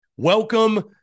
Welcome